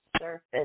surface